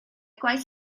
gwaith